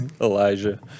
Elijah